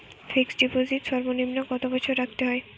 Fixed deposit সর্বনিম্ন কত বছর রাখতে হয়?